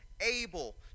able